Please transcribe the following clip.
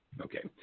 Okay